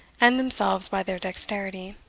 and themselves by their dexterity.